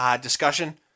discussion